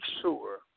sure